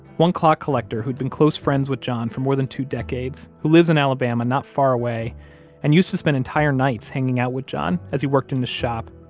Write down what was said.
one clock collector who'd been close friends with john for more than two decades, who lives in alabama not far away and used to spend entire nights hanging out with john as he worked in the shop,